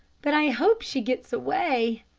but i hope she gets away.